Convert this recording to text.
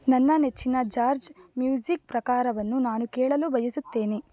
ನನ್ನ ನೆಚ್ಚಿನ ಜಾರ್ಜ್ ಮ್ಯೂಸಿಕ್ ಪ್ರಕಾರವನ್ನು ನಾನು ಕೇಳಲು ಬಯಸುತ್ತೇನೆ